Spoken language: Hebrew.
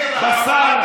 שנים,